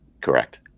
Correct